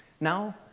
Now